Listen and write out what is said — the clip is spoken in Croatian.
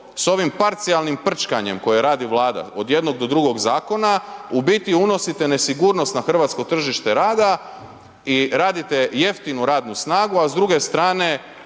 s ovim parcijalnim prčkanjem koje radi Vlada, od jednog do drugog zakona, u biti unosite nesigurnost na hrvatsko tržište rada i radite jeftinu radnu snagu a s druge strane